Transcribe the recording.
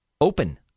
open